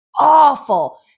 awful